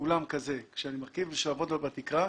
אולם כזה עד התקרה,